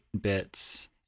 bits